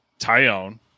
Tyone